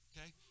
okay